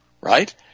right